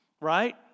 Right